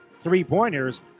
three-pointers